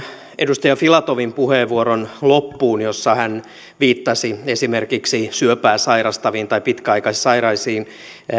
edustaja filatovin puheenvuoron loppuun jossa hän viittasi esimerkiksi syöpää sairastaviin tai pitkäaikaissairaisiin että